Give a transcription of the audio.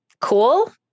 Cool